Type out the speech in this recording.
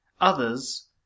Others